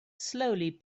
slowly